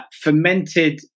fermented